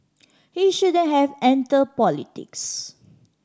he shouldn't have entered politics